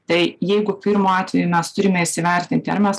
tai jeigu pirmu atveju mes turime įsivertinti ar mes